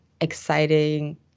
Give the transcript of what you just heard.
exciting